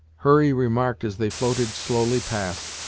hurry remarked, as they floated slowly past,